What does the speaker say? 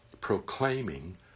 proclaiming